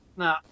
No